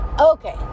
Okay